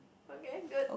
okay good